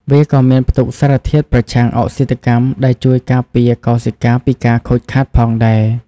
វាក៏មានផ្ទុកសារធាតុប្រឆាំងអុកស៊ីតកម្ម ដែលជួយការពារកោសិកាពីការខូចខាតផងដែរ។